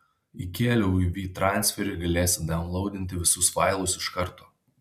įkėliau į vytransferį galėsi daunlaudinti visus failus iš karto